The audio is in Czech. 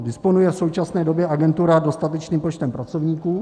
Disponuje v současné době agentura dostatečným počtem pracovníků?